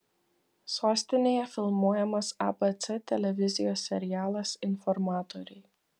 sostinėje filmuojamas abc televizijos serialas informatoriai